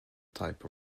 type